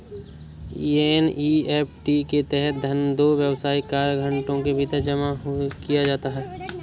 NEFT के तहत धन दो व्यावसायिक कार्य घंटों के भीतर जमा किया जाता है